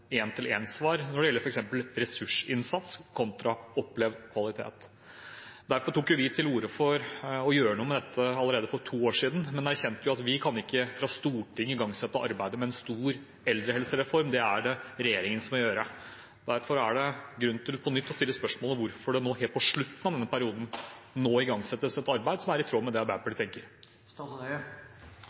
når det gjelder f.eks. ressursinnsats kontra opplevd kvalitet. Derfor tok vi til orde for å gjøre noe med dette allerede for to år siden, men erkjente at vi fra Stortingets side ikke kan igangsette arbeidet med en stor eldrehelsereform. Det er det regjeringen som må gjøre. Derfor er det grunn til på nytt å stille spørsmål om hvorfor det nå helt på slutten av denne perioden igangsettes et arbeid som er i tråd med det Arbeiderpartiet